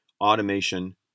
automation